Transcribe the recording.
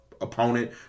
opponent